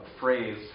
phrase